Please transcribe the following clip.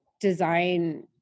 design